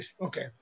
okay